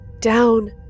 down